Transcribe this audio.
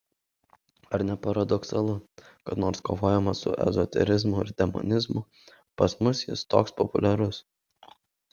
ar ne paradoksalu kad nors kovojama su ezoterizmu ir demonizmu pas mus jis toks populiarus